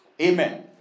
Amen